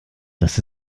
das